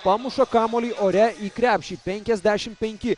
pamuša kamuolį ore į krepšį penkiasdešim penki